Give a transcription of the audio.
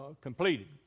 completed